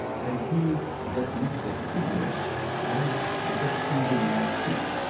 and he just lit a cigarette and ah just threw the matchstick,